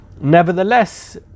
Nevertheless